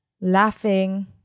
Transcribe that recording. Laughing